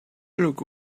look